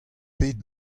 pet